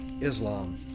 Islam